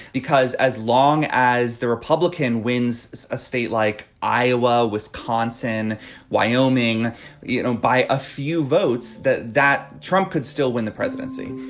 because as long as the republican wins a state like iowa wisconsin wyoming you know by a few votes that trump trump could still win the presidency